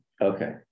Okay